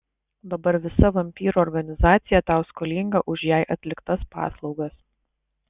dabar visa vampyrų organizacija tau skolinga už jai atliktas paslaugas